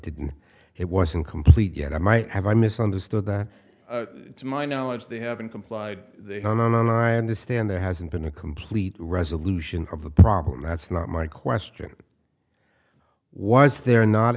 didn't it wasn't complete yet i might have i misunderstood that to my knowledge they haven't complied they don't i understand there hasn't been a complete resolution of the problem that's not my question why is there not